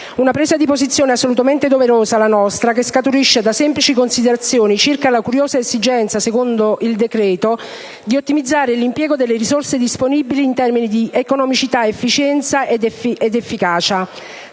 Una presa di posizione assolutamente doverosa, la nostra, che scaturisce da semplici considerazioni circa la curiosa esigenza, secondo il decreto, di ottimizzare l'impiego delle risorse disponibili in termini di economicità, efficienza ed efficacia.